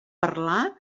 parlar